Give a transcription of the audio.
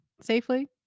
safely